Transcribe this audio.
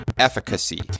Efficacy